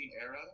era